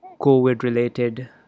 COVID-related